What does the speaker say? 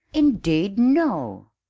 indeed, no!